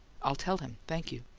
i'll tell him. thank you.